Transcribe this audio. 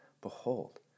Behold